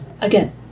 Again